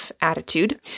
attitude